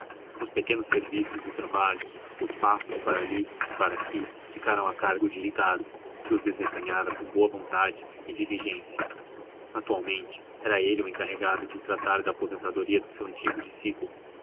os pequenos serviçais e trabalhos os passos para ali e para aqui ficaram a cargo de ricardo que os desempenhara com boa vontade e diligência atualmente era ele o encarregado de tratar da aposentadoria do seu antigo discípulo